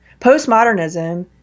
postmodernism